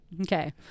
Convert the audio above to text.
okay